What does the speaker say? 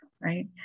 right